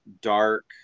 dark